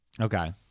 Okay